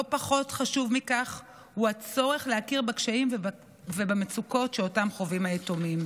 לא פחות חשוב מכך הוא הצורך להכיר בקשיים ובמצוקות שאותם חווים היתומים.